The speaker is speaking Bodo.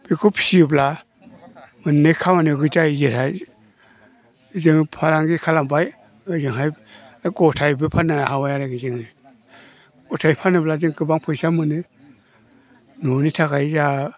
बेखौ फियोब्ला मोननै खामानियाव जायो ओजोंहाय जोङो फालांगि खालामबाय ओजोंहाय बा गथायैबो फाननो हाबाय आरोखि जोङो गथायै फानोब्ला जों गोबां फैसा मोनो न'नि थाखाय जोहा